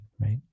right